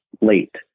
late